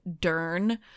Dern